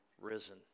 risen